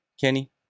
Kenny